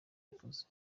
yakoze